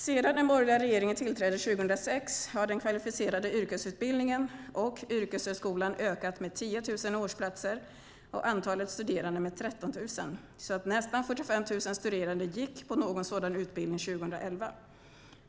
Sedan den borgerliga regeringen tillträdde 2006 har den kvalificerade yrkesutbildningen och yrkeshögskolan ökat med 10 000 årsplatser och antalet studerande med 13 000, så att nästan 45 000 studerande gick på någon sådan utbildning 2011.